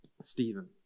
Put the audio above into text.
Stephen